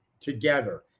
together